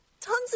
tons